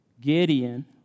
Gideon